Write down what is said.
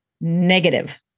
negative